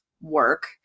work